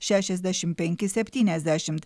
šešiasdešimt penki septyniasdešimt